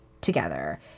together